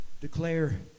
declare